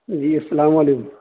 جی السلام علیکم